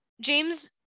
James